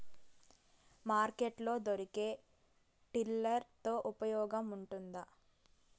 Market లో దొరికే tiller తో ఉపయోగం ఉంటుందా?